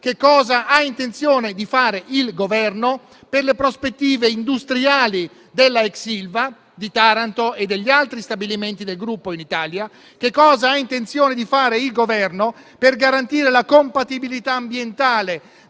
cosa ha intenzione di fare il Governo per le prospettive industriali della ex Ilva di Taranto e degli altri stabilimenti del gruppo in Italia; cosa ha intenzione di fare il Governo, inoltre, per garantire la compatibilità ambientale